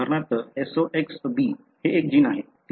उदाहरणार्थ SOX B हे एक जीन आहे